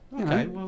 Okay